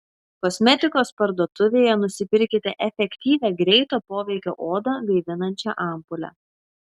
kosmetikos parduotuvėje nusipirkite efektyvią greito poveikio odą gaivinančią ampulę